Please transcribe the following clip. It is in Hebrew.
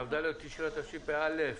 כ"ד תשרי התשפ"א.